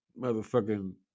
motherfucking